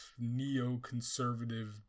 neoconservative